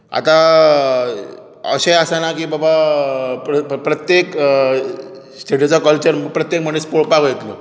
आतां अशेंय आसना की बाबा प्रत्येक स्टेटीचो कल्चर प्रत्येक मनीस पळोवपाक वयतलो